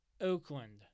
Oakland